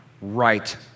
right